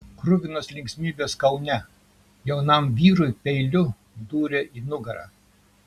kruvinos linksmybės kaune jaunam vyrui peiliu dūrė į nugarą